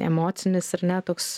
emocinis ar ne toks